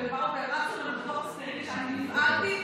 אני נבהלתי.